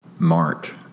Mark